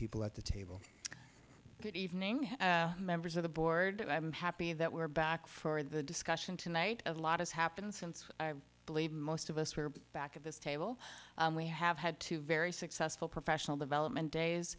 people at the table good evening members of the board i'm happy that we're back for the discussion tonight a lot has happened since i believe most of us were back at this table we have had two very successful professional development days